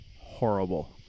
horrible